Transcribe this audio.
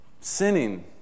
sinning